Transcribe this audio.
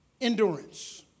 Endurance